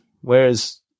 Whereas